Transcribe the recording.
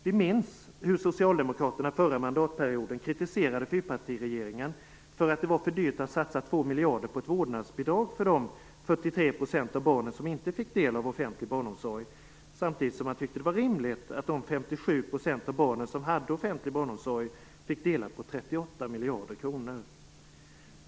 Vi minns hur socialdemokraterna under den förra mandatperioden kritiserade fyrpartiregeringen för att det var för dyrt att satsa 2 miljarder på ett vårdnadsbidrag för de 43 % av barnen som inte fick del av offentlig barnomsorg samtidigt som man tyckte att det var rimligt att de 57 % av barnen som hade offentlig barnomsorg fick dela på 38 miljarder kronor.